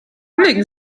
legen